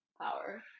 Power